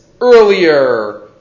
earlier